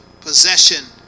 possession